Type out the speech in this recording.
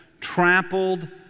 trampled